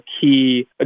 key